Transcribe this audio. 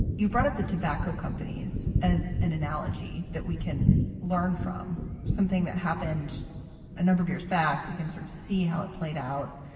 you brought up the tobacco companies as an analogy that we can learn from something that happened a number of years back. we can sort of see how it played out.